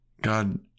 God